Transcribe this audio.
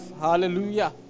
Hallelujah